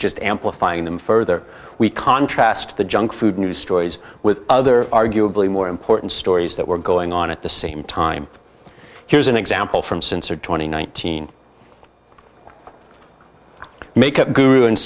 just amplifying them further we contrast the junk food news stories with other arguably more important stories that were going on at the same time here's an example from sensor two thousand and nineteen makeup guru and